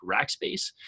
Rackspace